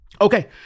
Okay